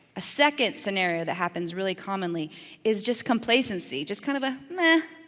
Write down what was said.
a second scenario that happens really commonly is just complacency, just kind of a meh,